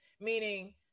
meaning